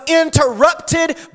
interrupted